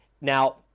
Now